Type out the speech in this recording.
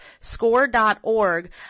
score.org